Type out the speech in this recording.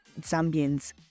Zambians